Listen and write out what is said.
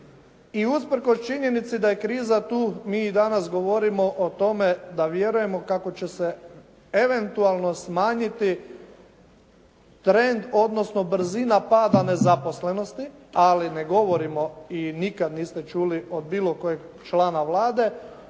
I usprkos činjenici da je kriza tu mi i danas govorimo o tome da vjerujemo kako će se eventualno smanjiti trend odnosno brzina pada nezaposlenosti ali ne govorimo i nikad niste čuli od bilo kojeg člana Vlade